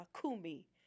Kumi